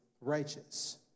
righteous